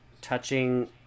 touching